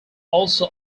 also